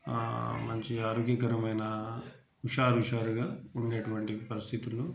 మంచిగా ఆరోగ్యకరమయిన హుషారు హుషారుగా ఉండేటటువంటి పరిస్థితులు